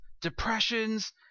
depressions